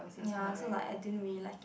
ya so like I didn't really like it